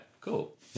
cool